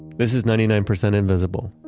this is ninety nine percent invisible,